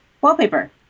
wallpaper